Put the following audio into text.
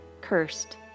cursed